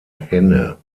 henne